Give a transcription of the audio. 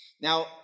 Now